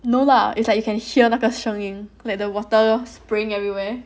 no lah it's like you can hear 那个声音 like the water spraying everywhere